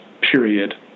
period